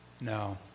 No